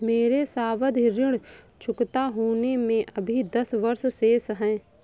मेरे सावधि ऋण चुकता होने में अभी दस वर्ष शेष है